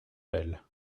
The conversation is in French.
belle